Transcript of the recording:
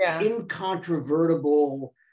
incontrovertible